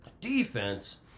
Defense